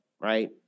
right